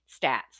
stats